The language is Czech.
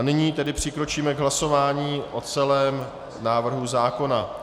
Nyní tedy přikročíme k hlasování o celém návrhu zákona.